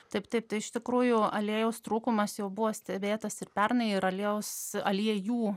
taip taip tai iš tikrųjų aliejaus trūkumas jau buvo stebėtas ir pernai ir aliejaus aliejų